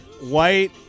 white